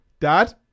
Dad